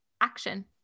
action